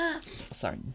Sorry